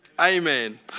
Amen